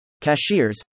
cashiers